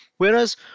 Whereas